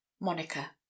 monica